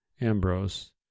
Ambrose